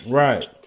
right